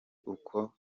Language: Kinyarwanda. uko